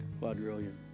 quadrillion